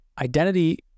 identity